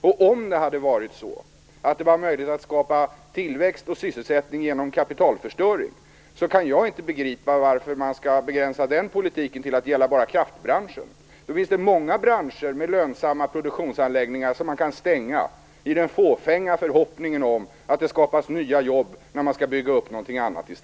Om det hade varit möjligt att skapa tillväxt och sysselsättning genom kapitalförstöring kan jag inte begripa varför man skall begränsa den politiken till att gälla endast kraftbranschen. Det finns ju många branscher med lönsamma produktionsanläggningar som kan stängas i den fåfänga förhoppningen om att nya jobb skapas när man i stället skall bygga upp något annat.